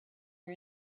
her